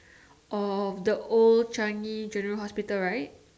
of the old Changi general hospital right